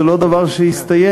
זה לא דבר שהסתיים,